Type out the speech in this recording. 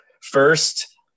First